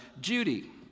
Judy